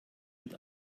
mit